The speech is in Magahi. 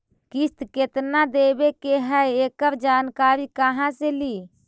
किस्त केत्ना देबे के है एकड़ जानकारी कहा से ली?